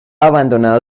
abandonado